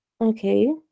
Okay